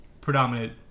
predominant